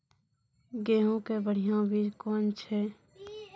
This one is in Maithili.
गेहूँ के बढ़िया बीज कौन छ?